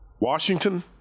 Washington